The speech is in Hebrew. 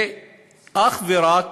זה אך ורק